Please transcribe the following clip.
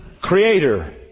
Creator